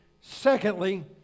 Secondly